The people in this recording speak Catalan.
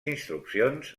instruccions